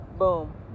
Boom